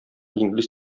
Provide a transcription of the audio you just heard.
инглиз